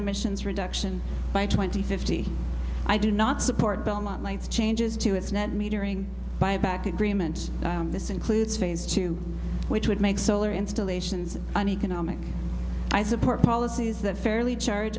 emissions reduction by twenty fifty i do not support belmont lights changes to its net metering by back agreement this includes phase two which would make solar installations an economic i support policies that fairly charge